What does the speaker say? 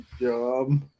job